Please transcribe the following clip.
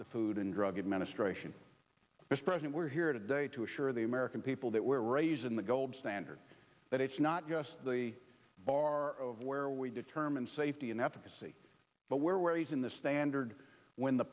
the food and drug administration this president we're here today to assure the american people that were raised in the gold standard that it's not just the bar of where we determine safety and efficacy but where where he's in the standard when the